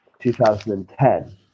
2010